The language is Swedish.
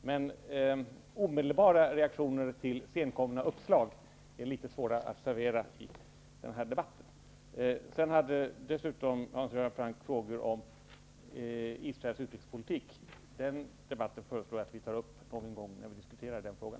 Men omedelbara reaktioner på senkomna uppslag är det litet svårt att servera i den här debatten. Dessutom ställde Hans Göran Franck frågor om Israels utrikespolitik. Den debatten föreslår jag att vi för någon gång när vi diskuterar den saken.